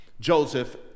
Joseph